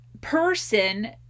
person